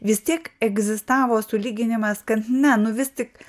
vis tiek egzistavo sulyginimas kad na nu vis tik